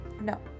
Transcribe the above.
no